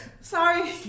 Sorry